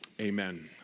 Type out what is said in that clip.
amen